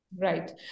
right